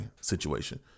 situation